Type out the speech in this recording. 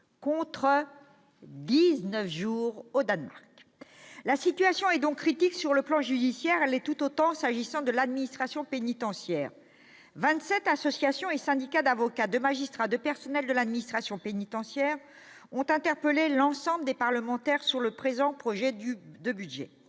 contre 19 jours au Danemark ! La situation est donc critique sur le plan judiciaire ; elle l'est tout autant s'agissant de l'administration pénitentiaire. Vingt-sept associations et syndicats d'avocats, de magistrats, de personnels de l'administration pénitentiaire ont interpellé l'ensemble des parlementaires sur le présent projet de budget-